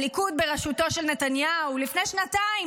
הליכוד בראשותו של נתניהו לפני שנתיים,